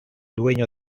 dueño